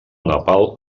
nepal